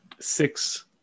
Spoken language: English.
six